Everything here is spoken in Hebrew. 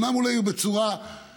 אומנם הם היו בצורה יותר